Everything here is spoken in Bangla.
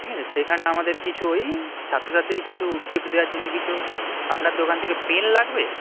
ঠিক আছে সেখানে আমাদের কিছু ওই ছাত্রছাত্রী কিছু গিফট দেওয়ার জন্য কিছু আপনার দোকান থেকে পেন লাগবে